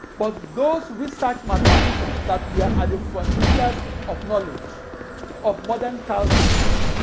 but those research mathematicians that were at the frontiers of knowledge of modern calculus,